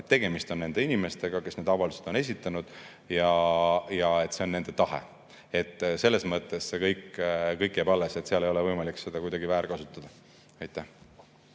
et tegemist on nende inimestega, kes need avaldused on esitanud, ja see on nende tahe. See kõik jääb alles ja ei ole võimalik seda kuidagi väärkasutada. Aitäh!